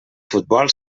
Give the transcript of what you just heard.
futbol